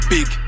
Big